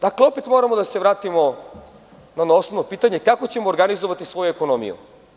Dakle, opet moramo da se vratimo na ono osnovno pitanje – kako ćemo organizovati svoju ekonomiju?